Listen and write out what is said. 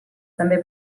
també